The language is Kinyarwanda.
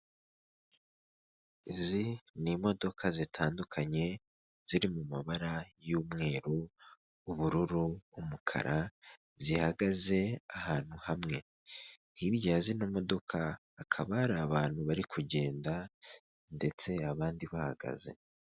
Izi ni imodoka zitandukanye ziri mu mabara y'umweru, ubururu, umukara, zihagaze ahantu hamwe. Hirya ya zino modoka hakaba hari abantu bari kugenda ndetse abandi bahagaze.